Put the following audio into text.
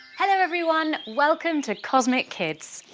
hello everyone! welcome to cosmic kids!